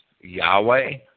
Yahweh